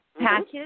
Patches